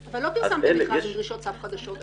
אבל לא פרסמתם מכרז עם דרישות סף חדשות.